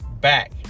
back